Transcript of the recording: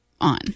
on